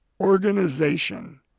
organization